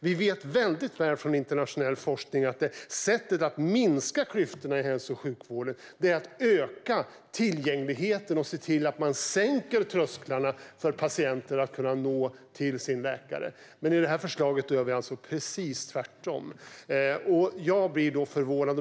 Vi vet väldigt väl från internationell forskning att sättet att minska klyftorna i hälso och sjukvården är att öka tillgängligheten och se till att man sänker trösklarna för patienter att kunna nå sin läkare. I det här förslaget gör vi precis tvärtom. Jag blir förvånad.